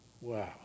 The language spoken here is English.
Wow